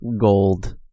gold